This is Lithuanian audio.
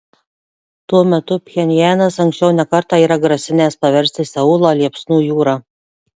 tuo metu pchenjanas anksčiau ne kartą yra grasinęs paversti seulą liepsnų jūra